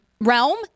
realm